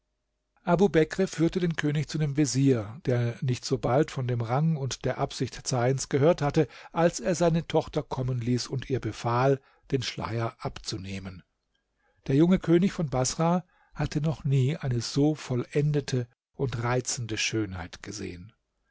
führte den könig zu dem vezier der nicht sobald von dem rang und der absicht zeyns gehört hatte als er seine tochter kommen ließ und ihr befahl den schleier abzunehmen der junge könig von baßrah hatte noch nie eine so vollendete und reizende schönheit gesehen